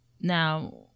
Now